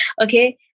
okay